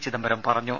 ചിദംബരം പറഞ്ഞു